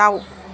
दाउ